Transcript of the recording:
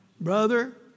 Brother